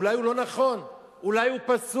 אולי הוא לא נכון, אולי הוא פסול,